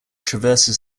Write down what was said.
traverses